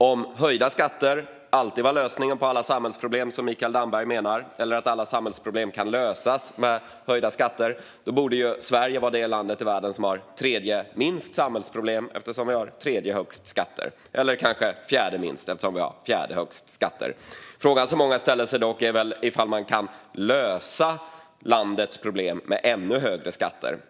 Om alla samhällsproblem kan lösas med höjda skatter, som Mikael Damberg menar, borde Sverige ligga på tredje eller fjärde plats i världen när det gäller att ha minst samhällsproblem eftersom vi har det tredje eller fjärde högsta skattetrycket. Den fråga många ställer sig är om man kan lösa landets problem med ännu högre skatter.